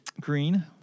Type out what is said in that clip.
Green